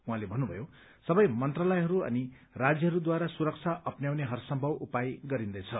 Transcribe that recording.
उहाँले भन्नुभयो सबै मन्त्रालयहरू अनि राज्यहरूद्वारा सुरक्षा अप्न्याउने हरसम्भव उपाय गरिन्दैछ